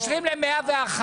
מתקשרים ל-101,